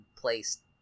place